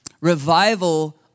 Revival